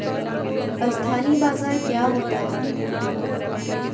अस्थानी बाजार क्या होता है?